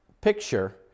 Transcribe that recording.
picture